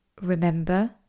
remember